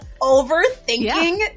overthinking